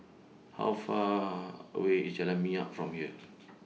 How Far away IS Jalan Minyak from here